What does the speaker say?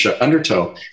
undertow